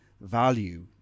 value